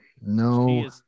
No